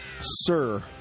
Sir